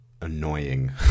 annoying